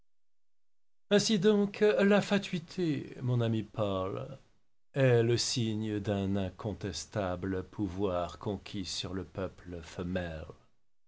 donc la fatuité mon ami paul est le signe d'un incontestable pouvoir conquis sur le peuple